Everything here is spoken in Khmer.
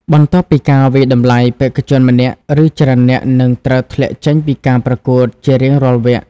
បន្ទាប់ពីការវាយតម្លៃ បេក្ខជនម្នាក់ ឬច្រើននាក់នឹងត្រូវធ្លាក់ចេញពីការប្រកួតជារៀងរាល់វគ្គ។